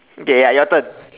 okay ya your turn